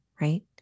right